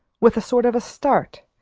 with a sort of start,